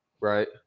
Right